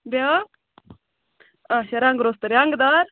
بیٛاکھ اَچھا رَنٛگ روٚستُے رَنٛگ دار